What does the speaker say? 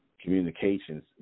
communications